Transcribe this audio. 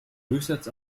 durchsatz